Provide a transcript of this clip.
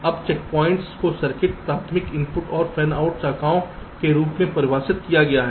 अब चेकप्वाइंट को सर्किट प्राथमिक इनपुट और फैनआउट शाखाओं के रूप में परिभाषित किया गया है